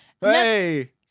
Hey